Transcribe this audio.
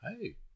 hey